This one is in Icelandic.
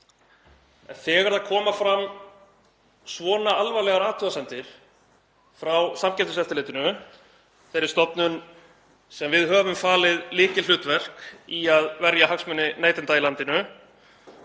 En þegar það koma fram svona alvarlegar athugasemdir frá Samkeppniseftirlitinu, þeirri stofnun sem við höfum falið lykilhlutverk í að verja hagsmuni neytenda í landinu,